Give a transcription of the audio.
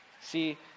See